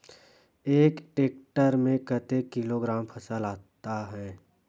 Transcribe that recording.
एक टेक्टर में कतेक किलोग्राम फसल आता है?